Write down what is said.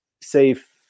safe